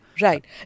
Right